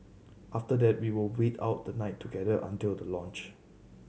after that we will wait out the night together until the launch